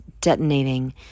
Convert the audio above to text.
detonating